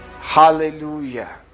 Hallelujah